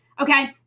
okay